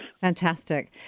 Fantastic